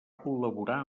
col·laborar